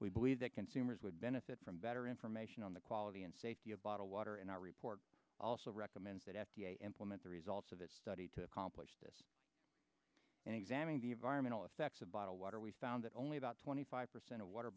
we believe that consumers would benefit from better information on the quality and safety of bottled water in our report also recommends that f d a implement the results of a study to accomplish this and examine the environmental effects of bottled water we found that only about twenty five percent of water